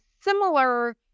similar